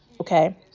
okay